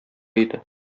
иде